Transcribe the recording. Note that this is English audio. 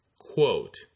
Quote